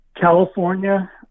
California